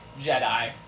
Jedi